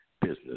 business